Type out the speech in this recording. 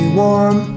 warm